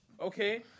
okay